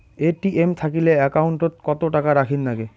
ATM থাকিলে account ওত কত টাকা রাখীর নাগে?